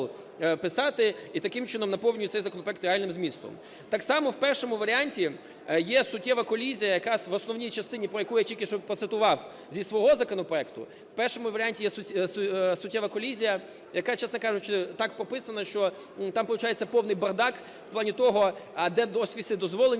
писати, і таким чином наповнює цей законопроект реальним змістом. Так само, в першому варіанті є суттєва колізія, яка в основній частині, про яку я тільки що процитував зі свого законопроекту, в першому варіанті є суттєва колізія, яка, чесно кажучи, так прописана, що там получається повний бардак в плані того, а де офіси дозволені,